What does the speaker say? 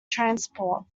transport